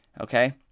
Okay